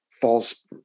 false